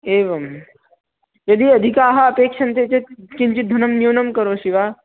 एवं यदि अधिकाः अपेक्षन्ते चेत् किञ्चिद्धनं न्यूनं करोषि वा